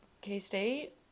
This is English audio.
K-State